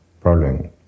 problem